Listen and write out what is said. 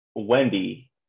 wendy